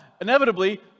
inevitably